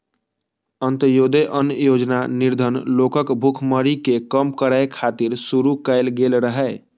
अंत्योदय अन्न योजना निर्धन लोकक भुखमरी कें कम करै खातिर शुरू कैल गेल रहै